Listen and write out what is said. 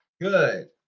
Good